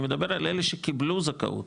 אני קובל על אלה שקיבלו זכאות